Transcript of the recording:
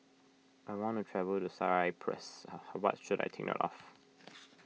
I want to travel to Cyprus what should I take note of